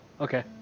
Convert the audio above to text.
okay